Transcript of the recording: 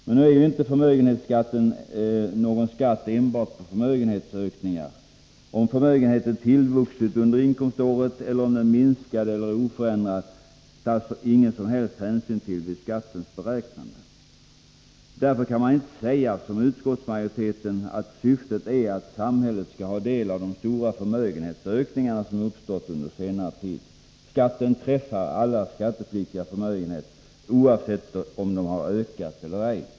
Men nu är ju inte förmögenhetsskatten någon skatt enbart på förmögenhetsökningar. Om förmögenheten tillvuxit under inkomståret eller om den minskat eller är oförändrad tar man ingen som helst hänsyn till vid skattens beräknande. Därför kan man inte säga som utskottsmajoriteten, att syftet är att samhället skall ha del av de stora förmögenhetsökningar som uppstått under senare tid. Skatten träffar alla skattepliktiga förmögenheter, oavsett om de ökat eller ej.